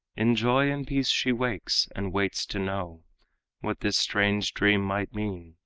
in joy and peace she wakes, and waits to know what this strange dream might mean,